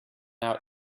out